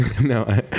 no